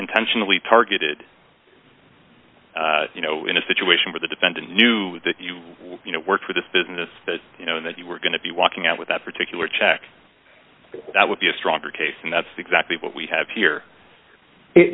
intentionally targeted you know in a situation where the defendant knew that you worked for this business that you know that you were going to be walking out with that particular check that would be a stronger case and that's exactly what we have here